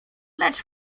lecz